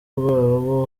ubwoba